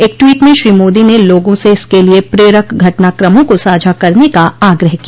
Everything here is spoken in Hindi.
एक ट्वीट में श्री मोदी ने लोगों से इसके लिए प्रेरक घटनाक्रमों को साझा करने का आग्रह किया